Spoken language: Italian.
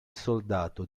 soldato